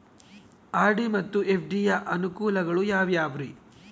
RD ಮತ್ತು FD ಯ ಅನುಕೂಲಗಳು ಯಾವ್ಯಾವುರಿ?